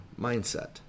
mindset